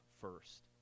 first